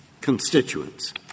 constituents